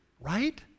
right